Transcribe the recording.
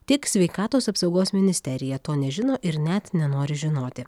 tik sveikatos apsaugos ministerija to nežino ir net nenori žinoti